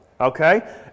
okay